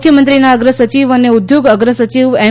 મુખ્યમંત્રીના અગ્ર સચિવ અને ઊદ્યોગ અગ્ર સચિવ એમ